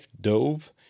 dove